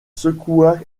secoua